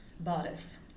Bodice